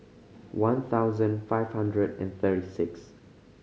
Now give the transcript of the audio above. one thousand five hundred and thirty six